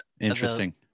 interesting